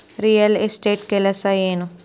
real estate ಕೆಲಸ ಏನು